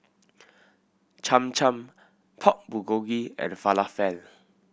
Cham Cham Pork Bulgogi and Falafel